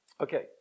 Okay